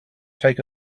take